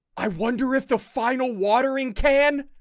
i wonder if the final watering can